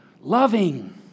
loving